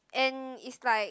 and is like